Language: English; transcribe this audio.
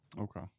Okay